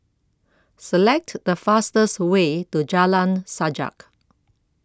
Select The fastest Way to Jalan Sajak